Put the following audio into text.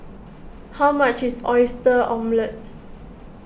how much is Oyster Omelette